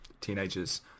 teenagers